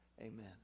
Amen